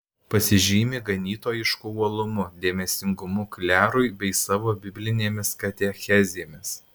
pasižymi ganytojišku uolumu dėmesingumu klerui bei savo biblinėmis katechezėmis